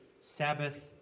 Sabbath